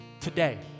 Today